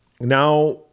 Now